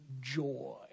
joy